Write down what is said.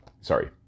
sorry